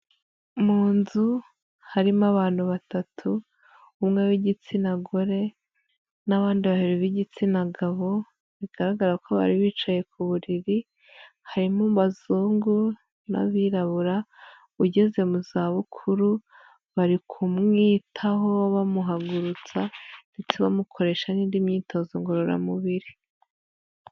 Mu nzu harimo abantu batatu, umwe b'igitsina gore n'abandi babiri b'igitsina gabo, bigaragara ko bari bicaye ku buriri, harimo abazungu n'abirabura, ugeze mu za bukuru bari kumwitaho bamuhagurutsa ndetse bamukoresha n'indi myitozo ngororamubiri.